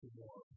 more